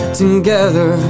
together